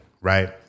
right